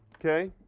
okay.